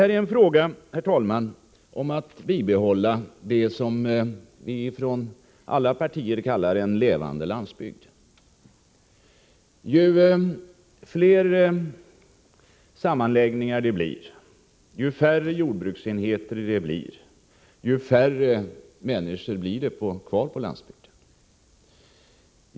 Det är, herr talman, fråga om att bibehålla det som vi från alla partier kallar en levande landsbygd. Ju fler sammanläggningar det blir och ju färre jordbruksenheter det blir, desto färre människor stannar kvar på landsbygden.